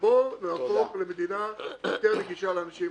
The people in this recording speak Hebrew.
בואו נהפוך למדינה יותר נגישה לאנשים עם מוגבלות.